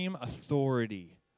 authority